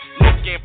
looking